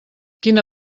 quina